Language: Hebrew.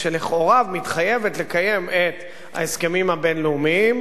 שלכאורה מתחייבת לקיים את ההסכמים הבין-לאומיים,